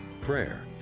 prayer